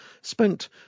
spent